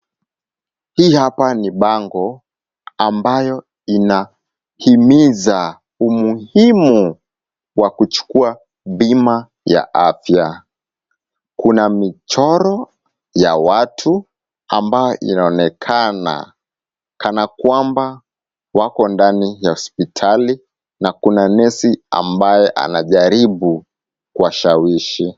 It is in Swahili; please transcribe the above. Hii hapa ni bango ambayo inahimiza umuhimu wa kuchukua bima ya afya. Kuna michoro ya watu ambayo inaonekana kana kwamba wako ndani ya hospitali na kuna nesi ambaye anajaribu kuwashawishi.